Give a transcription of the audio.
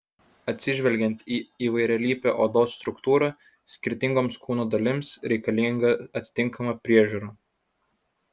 atsižvelgiant į įvairialypę odos struktūrą skirtingoms kūno dalims reikalinga atitinkama priežiūra